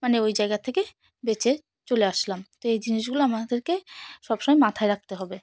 মানে ওই জায়গা থেকে বেঁচে চলে আসলাম তো এই জিনিসগুলো আমাদেরকে সবসময় মাথায় রাখতে হবে